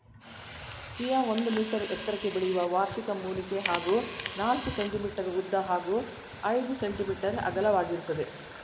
chia ಒಂದು metre ಎತ್ತರಕ್ಕೆ ಬೆಳೆಯುವ ವಾರ್ಷಿಕ ಮೂಲಿಕೆ ಹಾಗೂ ನಾಲ್ಕು ಸೆ.ಮೀ ಉದ್ದ ಹಾಗೂ ಐದು ಸೆ.ಮೀ ಅಗಲವಾಗಿರ್ತದೆ